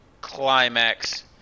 climax